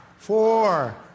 Four